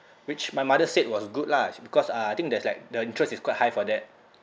which my mother said was good lah because uh I think there's like the interest is quite high for that